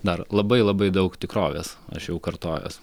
dar labai labai daug tikrovės aš jau kartojuos